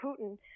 Putin